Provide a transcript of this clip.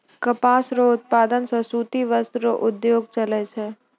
कपास रो उप्तादन से सूती वस्त्र रो उद्योग चलै छै